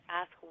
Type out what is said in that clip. ask